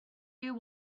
you